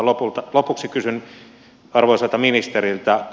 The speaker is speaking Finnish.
lopuksi kysyn arvoisalta ministeriltä